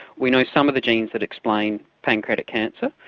we know some of the genes that explain pancreatic cancer,